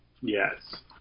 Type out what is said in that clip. Yes